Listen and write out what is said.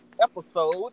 episode